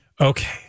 Okay